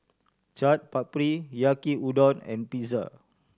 Chaat Papri Yaki Udon and Pizza